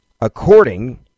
According